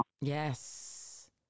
Yes